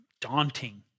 daunting